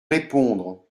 répondre